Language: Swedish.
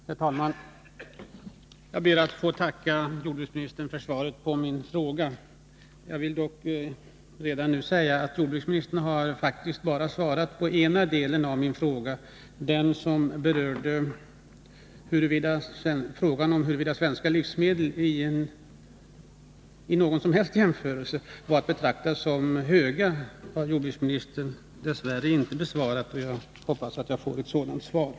Herr talman! Jag ber att få tacka jordbruksministern för svaret på min fråga. Jag vill dock redan nu säga att jordbruksministern faktiskt bara har svarat på den ena delen av frågan. Den del som gällde huruvida priserna på svenska livsmedel vid en internationell jämförelse är att betrakta som höga har jordbruksministern dess värre inte besvarat. Jag hoppas att jag får ett svar även på den delen.